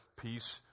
peace